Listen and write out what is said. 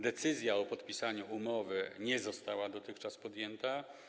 Decyzja o podpisaniu umowy nie została dotychczas podjęta.